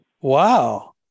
Wow